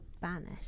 banish